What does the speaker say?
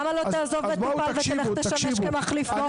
אז למה שלא תעזוב מטופל ותלך לשמש כמחליף לא חוקי?